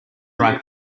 ripe